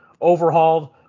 overhauled